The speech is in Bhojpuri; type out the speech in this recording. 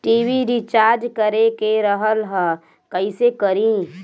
टी.वी रिचार्ज करे के रहल ह कइसे करी?